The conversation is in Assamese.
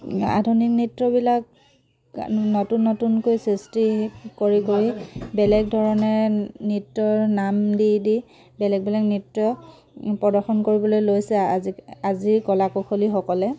আধুনিক নৃত্যবিলাক নতুন নতুনকৈ সৃষ্টি কৰি কৰি বেলেগ ধৰণে নৃত্যৰ নাম দি দি বেলেগ বেলেগ নৃত্য প্ৰদৰ্শন কৰিবলৈ লৈছে আজি আজিৰ কলা কৌশলীসকলে